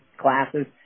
classes